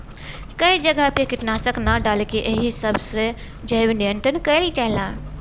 कई जगह पे कीटनाशक ना डाल के एही सब से जैव नियंत्रण कइल जाला